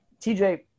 TJ